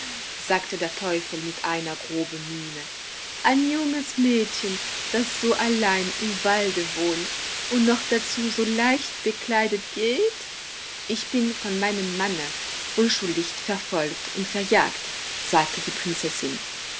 sagte der teufel mit einer groben miene ein junges mädchen das so allein im walde wohnt und noch dazu so leicht bekleidet geht ich bin von meinem manne unschuldig verfolgt und verjagt sagte die prinzessin